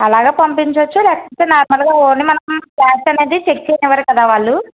అలాగా పంపించచ్చు లేకపోతే నార్మల్గా ఓన్లీ మనం బ్యాగ్ అనేది చెక్ చేయ్యనివ్వరు కదా వాళ్ళు